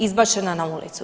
Izbačena na ulicu.